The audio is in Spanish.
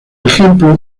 ejemplo